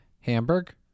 Hamburg